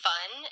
Fun